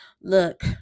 look